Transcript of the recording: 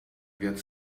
get